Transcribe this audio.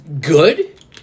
good